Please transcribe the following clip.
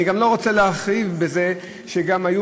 אני גם לא רוצה להרחיב בזה שגם היו